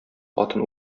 атын